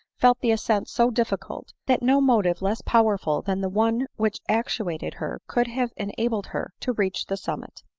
felt the ascent so difficult, that no motive less powerful than the one which actuated her could have enabled her to reach the summit.